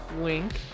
wink